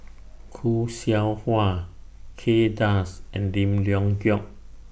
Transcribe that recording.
Khoo Seow Hwa Kay Das and Lim Leong Geok